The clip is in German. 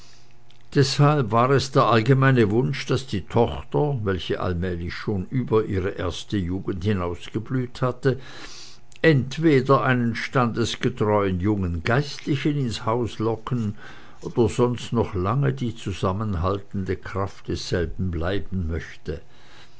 deshalb war es der allgemeine wunsch daß die tochter welche allmählich schon über ihre erste jugend hinausgeblüht hatte entweder einen standesgetreuen jungen geistlichen ins haus locken oder sonst noch lange die zusammenhaltende kraft desselben bleiben möchte